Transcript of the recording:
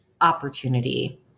opportunity